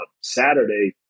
Saturday